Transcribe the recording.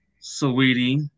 sweetie